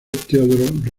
theodore